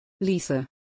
Lisa